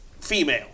female